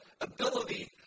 ability